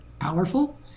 powerful